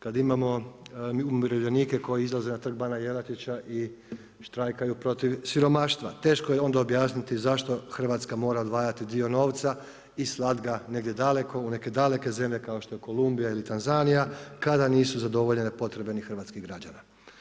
Kad imamo umirovljenike koji izlaze Trg bana Jelačića i štrajkaju protiv siromaštva teško je onda objasniti zašto Hrvatska mora odvajati dio novca i slat ga negdje daleko, u neke daleke zemlje kao što je Kolumbija ili Tanzanija, kada nisu zadovoljene potrebe ni hrvatskih građana.